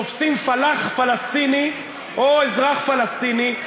תופסים פלאח פלסטיני או אזרח פלסטיני,